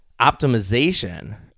optimization